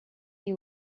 you